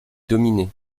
dominait